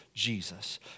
Jesus